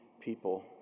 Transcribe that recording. people